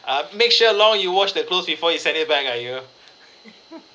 ah make sure now you wash the clothes before you send it back ah you